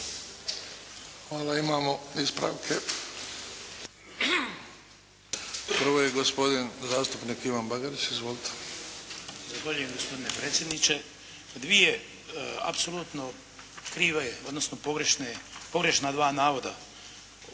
Hvala. Imamo ispravke. Prvo je gospodin zastupnik Ivan Bagarić. Izvolite. **Bagarić, Ivan (HDZ)** Zahvaljujem gospodine predsjedniče. Dvije apsolutno krive, odnosno pogrešna dva navoda o